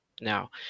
now